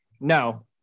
No